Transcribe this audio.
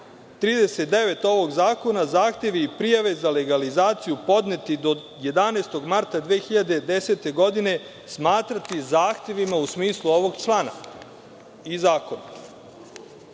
39. ovog zakona, zahtevi i prijave za legalizaciju podneti do 11. marta 2010. godine smatrati zahtevima u smislu ovog člana i zakona? Ako